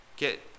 get